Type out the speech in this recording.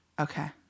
Okay